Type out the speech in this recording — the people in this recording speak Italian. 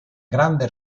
grande